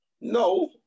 no